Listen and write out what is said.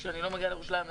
כשאני לא מגיעה לירושלים,